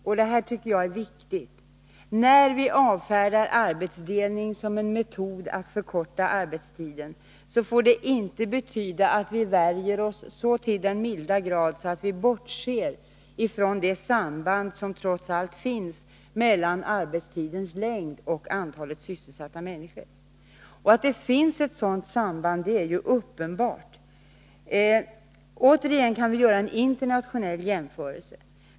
Men -— detta tror jag är viktigt — när vi avfärdar arbetsdelning som en metod att förkorta arbetstiden får det inte betyda att vi värjer oss så till den milda grad att vi bortser från det samband som trots allt finns mellan arbetstidens längd och antalet sysselsatta människor. Att det finns ett sådant samband är uppenbart. Återigen kan vi göra en internationell jämförelse.